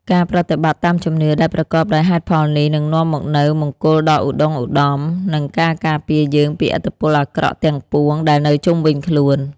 ការប្រតិបត្តិតាមជំនឿដែលប្រកបដោយហេតុផលនេះនឹងនាំមកនូវមង្គលដ៏ឧត្តុង្គឧត្តម និងការការពារយើងពីឥទ្ធិពលអាក្រក់ទាំងពួងដែលនៅជុំវិញខ្លួន។